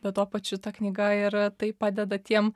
bet tuo pačiu ta knyga ir tai padeda tiem